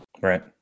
Right